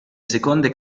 seconde